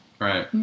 Right